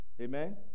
Amen